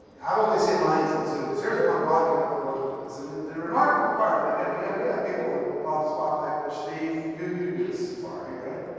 i've only seen lions in zoos. here's one walking up the road to us. and the remarkable part again, we have we have people bob swap back there, steve, you you did safari, right?